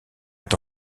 est